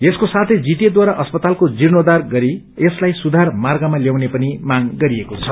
यसको साथै जीटीएढारा अस्पतालको जीर्णेखार गरी यसलाई सुधार मार्गमा ल्याउने पनि माग गरिएको छ